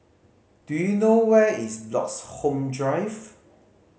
do you know where is Bloxhome Drive